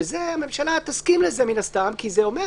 שממשלה תסכים לזה מן הסתם כי זה אומר,